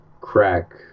crack